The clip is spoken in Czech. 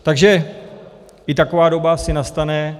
Takže i taková doba asi nastane.